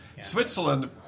Switzerland